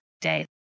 day